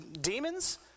demons